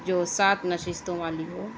جو سات نشستوں والی ہو